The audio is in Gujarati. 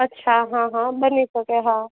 અચ્છા હા હા બની શકે હા